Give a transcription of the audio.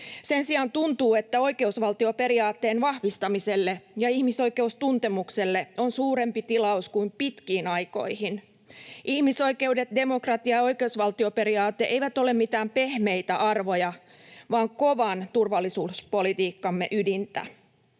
Sen sijaan tuntuu, että oikeusvaltioperiaatteen vahvistamiselle ja ihmisoikeustuntemukselle on suurempi tilaus kuin pitkiin aikoihin. Ihmisoikeudet, demokratia ja oikeusvaltioperiaate eivät ole mitään pehmeitä arvoja vaan kovan turvallisuuspolitiikkamme ydintä.